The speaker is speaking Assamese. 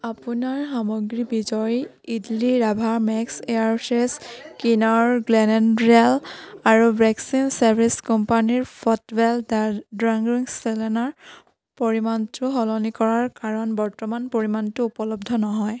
আপোনাৰ সামগ্ৰী বিজয় ইদলী ৰাভা মেক্স এয়াৰফ্ৰেছ ক্লিনাৰ আৰু কোম্পানীৰ পৰিমাণটো সলনি কৰাৰ কাৰণ বৰ্তমানৰ পৰিমাণটো উপলব্ধ নহয়